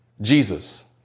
Jesus